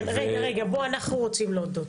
רגע, אנחנו רוצים להודות.